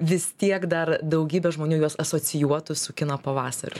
vis tiek dar daugybė žmonių juos asocijuotų su kino pavasariu